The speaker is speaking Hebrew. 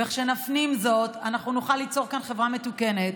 וכשנפנים זאת אנחנו נוכל ליצור כאן חברה מתוקנת,